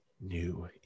new